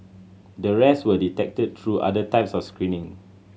the rest were detected through other types of screening